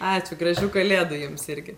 ačiū gražių kalėdų jums irgi